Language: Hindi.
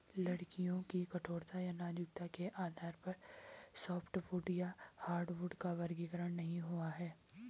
लकड़ियों की कठोरता या नाजुकता के आधार पर सॉफ्टवुड या हार्डवुड का वर्गीकरण नहीं हुआ है